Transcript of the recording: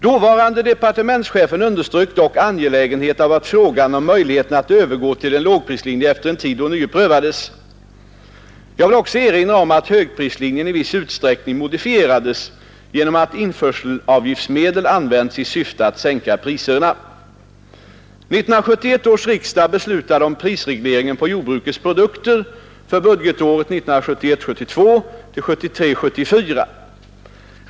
Dåvarande departementschefen underströk dock angelägenheten av att frågan om möjligheterna att övergå till en lågprislinje efter en tid ånyo prövades. Jag vill också erinra om att högprislinjen i viss utsträckning modifieras genom att införselavgiftsmedel används i syfte att sänka priserna. 1971 års riksdag beslutade om prisregleringen på jordbrukets produkter för budgetåren 1971 74.